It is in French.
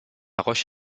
roche